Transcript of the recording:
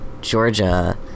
Georgia